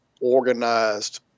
organized